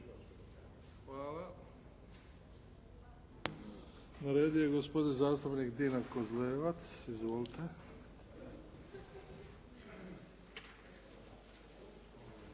Hvala. Na redu je gospodin zastupnik Dino Kozlevac. Izvolite.